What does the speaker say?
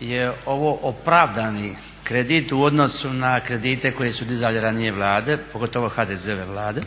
je ovo opravdani kredit u odnosu na kredite koje su dizale ranije Vlade, pogotovo HDZ-ove Vlade.